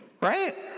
right